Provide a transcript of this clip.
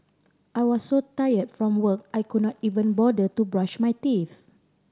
I was so tired from work I could not even bother to brush my teeth